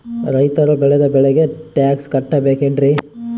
ರೈತರು ಬೆಳೆದ ಬೆಳೆಗೆ ಟ್ಯಾಕ್ಸ್ ಕಟ್ಟಬೇಕೆನ್ರಿ?